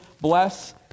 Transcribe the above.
Bless